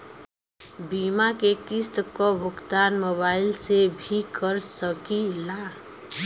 बीमा के किस्त क भुगतान मोबाइल से भी कर सकी ला?